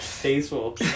tasteful